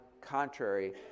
contrary